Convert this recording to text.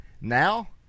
Now